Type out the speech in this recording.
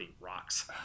rocks